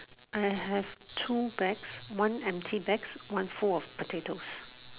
I have two bags one empty bags one full of potatoes